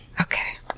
Okay